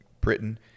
Britain